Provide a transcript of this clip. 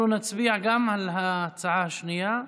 אנחנו נצביע גם על ההצעה השנייה,